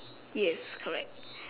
yes correct